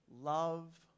love